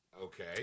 Okay